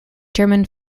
german